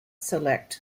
select